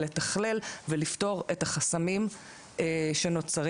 לתכלל ולפתור את החסמים שנוצרים.